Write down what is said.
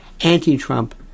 anti-Trump